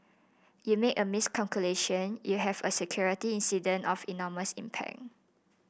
you make a miscalculation you have a security incident of enormous impact